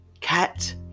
cat